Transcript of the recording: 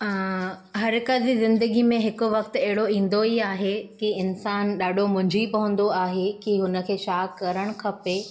हर हिकु जी ज़िंदगी में हिकु वक़्तु अहिड़ो ईंदो ई आहे की इंसान ॾाढो मुंझी पवंदो आहे की हुन खे छा करणु खपे